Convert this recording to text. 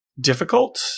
difficult